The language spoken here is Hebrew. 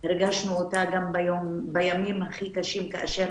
הרגשנו אותה גם בימים הכי קשים כאשר